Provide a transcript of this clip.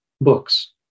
books